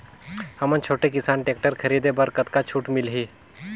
हमन छोटे किसान टेक्टर खरीदे बर कतका छूट मिलही?